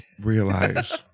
realize